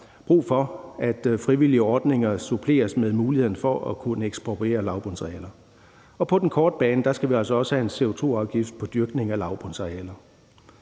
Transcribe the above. brug for, at frivillige ordninger suppleres med muligheden for at kunne ekspropriere lavbundsarealer. På den korte bane skal vi altså også have en CO2-afgift på dyrkning af lavbundsarealer.